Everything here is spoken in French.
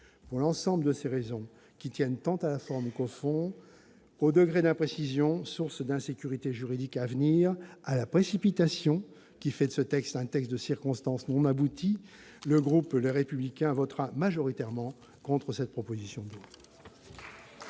Pour l'ensemble de ces raisons, qui tiennent tant à la forme qu'au fond, au degré d'imprécision, source d'insécurité juridique à venir, à la précipitation, conduisant à un texte de circonstance non abouti, les élus du groupe Les Républicains voteront majoritairement contre cette proposition de loi.